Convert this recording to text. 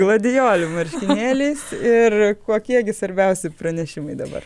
gladiatorių marškinėliais ir kokie gi svarbiausi pranešimai dabar